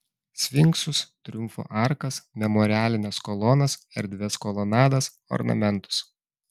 sfinksus triumfo arkas memorialines kolonas erdvias kolonadas ornamentus